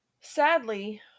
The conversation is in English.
sadly